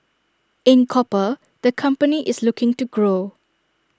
in copper the company is looking to grow